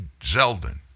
Zeldin